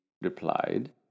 replied